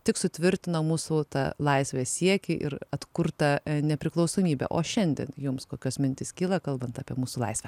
tik sutvirtina mūsų tą laisvės siekį ir atkurtą nepriklausomybę o šiandien jums kokios mintys kyla kalbant apie mūsų laisvę